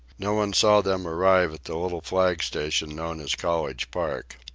no one saw them arrive at the little flag station known as college park.